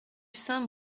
saint